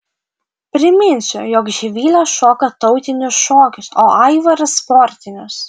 priminsiu jog živilė šoka tautinius šokius o aivaras sportinius